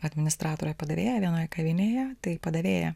administratore padavėja vienoj kavinėje tai padavėja